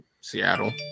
Seattle